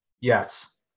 Yes